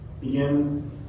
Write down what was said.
begin